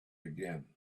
again